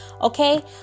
okay